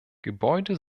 gebäude